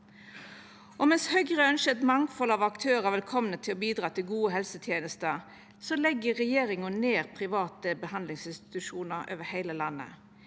mens Høgre ønskjer eit mangfald av aktørar velkomne til å bidra til gode helsetenester, legg regjeringa ned private behandlingsinstitusjonar over heile landet.